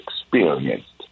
experienced